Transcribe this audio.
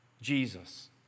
Jesus